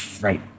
right